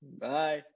bye